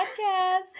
Podcast